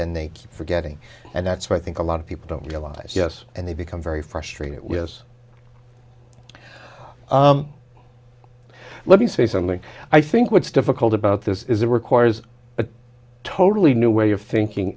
but the names forgetting and that's i think a lot of people don't realize yes and they become very frustrated with us let me say something i think what's difficult about this is that requires a totally new way of thinking